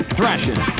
Thrashing